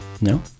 No